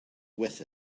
with